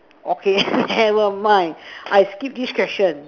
okay never mind I skip this question